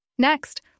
Next